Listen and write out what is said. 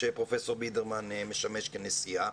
שפרופ' בידרמן משמש כנשיאה.